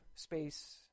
Space